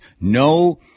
no